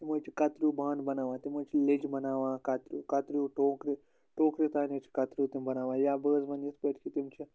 تِم حَظ چھِ کَتریو بانہٕ بَنان تِم حَظ چھِ لیٚجہٕ بَناوان کَتریو کَتریو ٹوکرِ ٹوکرِ تان حَظ چھِ کَتریو تِم بَناوان یا بہٕ حَظ وَنہٕ یِتھ پٲٹھۍ کہِ تِم چھِ